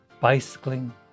bicycling